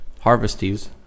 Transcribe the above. Harvesties